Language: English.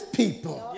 people